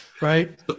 right